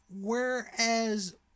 Whereas